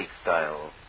style